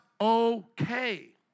okay